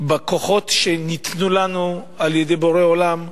בכוחות שניתנו לנו על-ידי בורא עולם,